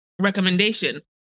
recommendation